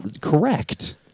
correct